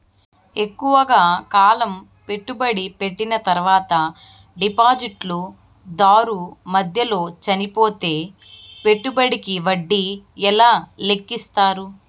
ఎక్కువగా కాలం పెట్టుబడి పెట్టిన తర్వాత డిపాజిట్లు దారు మధ్యలో చనిపోతే పెట్టుబడికి వడ్డీ ఎలా లెక్కిస్తారు?